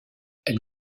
elle